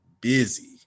busy